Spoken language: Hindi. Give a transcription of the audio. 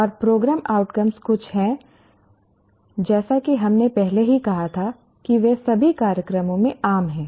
और प्रोग्राम आउटकम्स कुछ हैं जैसा कि हमने पहले ही कहा था कि वे सभी कार्यक्रमों में आम हैं